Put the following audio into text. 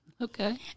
Okay